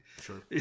Sure